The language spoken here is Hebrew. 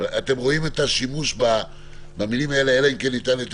אתם רואים את השימוש במילים האלה: "אלא אם כן ניתן היתר